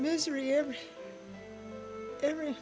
misery every